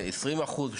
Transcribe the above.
ב-20%?